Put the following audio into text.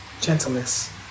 gentleness